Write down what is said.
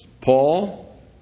Paul